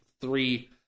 three